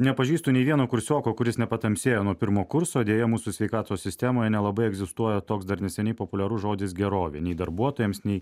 nepažįstu nei vieno kursioko kuris nepatamsėjo nuo pirmo kurso deja mūsų sveikatos sistemoje nelabai egzistuoja toks dar neseniai populiarus žodis gerovė nei darbuotojams nei